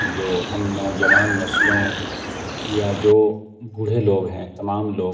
جو ہم نوجوان نسلوں یا جو بوڑھے لوگ ہیں تمام لوگ